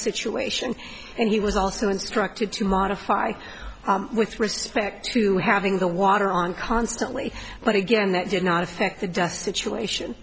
situation and he was also instructed to modify with respect to having the water on constantly but again that did not affect the death situation